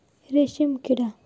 रेशीमकिडा